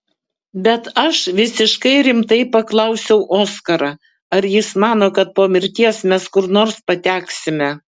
bet aš visiškai rimtai paklausiau oskarą ar jis mano kad po mirties mes kur nors pateksime